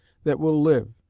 that will live,